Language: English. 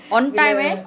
on time eh